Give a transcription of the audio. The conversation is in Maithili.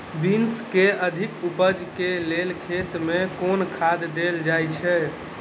बीन्स केँ अधिक उपज केँ लेल खेत मे केँ खाद देल जाए छैय?